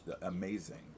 amazing